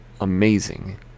amazing